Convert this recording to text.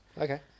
Okay